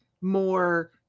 more